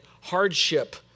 hardship